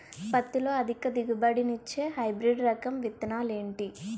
పత్తి లో అధిక దిగుబడి నిచ్చే హైబ్రిడ్ రకం విత్తనాలు ఏంటి